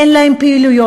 אין להם פעילויות,